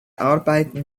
arbeiten